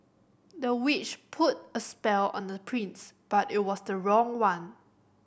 the witch put a spell on the prince but it was the wrong one